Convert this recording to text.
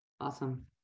Awesome